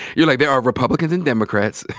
you're, like, there are republicans and democrats.